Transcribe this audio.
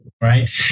Right